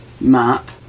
map